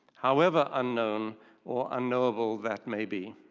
however unknown or unknowable that may be.